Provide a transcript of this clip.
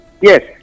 Yes